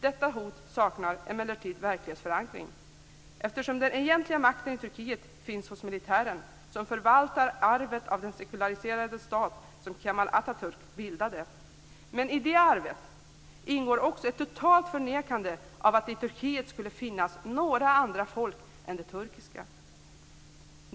Detta hot saknar emellertid verklighetsförankring, eftersom den egentliga makten i Turkiet finns hos militären som förvaltar arvet av den sekulariserade stat som Kemal Atatürk bildade. I det arvet ingår dock också ett totalt förnekande av att det i Turkiet skulle finnas några andra folk än det turkiska.